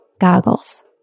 goggles